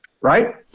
right